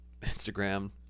Instagram